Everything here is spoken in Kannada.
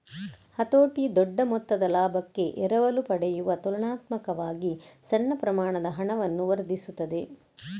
ಹತೋಟಿ ದೊಡ್ಡ ಮೊತ್ತದ ಲಾಭಕ್ಕೆ ಎರವಲು ಪಡೆಯುವ ತುಲನಾತ್ಮಕವಾಗಿ ಸಣ್ಣ ಪ್ರಮಾಣದ ಹಣವನ್ನು ವರ್ಧಿಸುತ್ತದೆ